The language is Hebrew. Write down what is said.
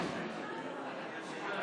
בממשלה לא נתקבלה.